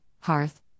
hearth